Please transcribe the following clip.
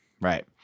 Right